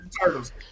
turtles